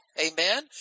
Amen